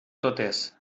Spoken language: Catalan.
totes